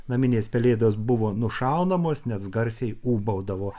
naminės pelėdos buvo nušaunamos nes garsiai ūbaudavo